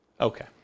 Okay